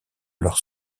leurs